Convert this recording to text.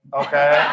okay